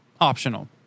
optional